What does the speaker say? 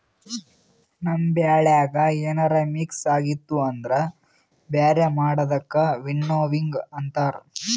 ನಮ್ ಬೆಳ್ಯಾಗ ಏನ್ರ ಮಿಕ್ಸ್ ಆಗಿತ್ತು ಅಂದುರ್ ಬ್ಯಾರೆ ಮಾಡದಕ್ ವಿನ್ನೋವಿಂಗ್ ಅಂತಾರ್